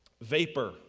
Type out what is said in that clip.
Vapor